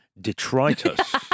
detritus